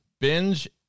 Binge